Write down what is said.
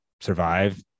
survive